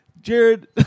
Jared